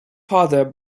father